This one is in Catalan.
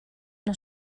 una